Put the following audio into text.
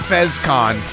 FezCon